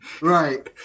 Right